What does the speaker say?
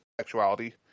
sexuality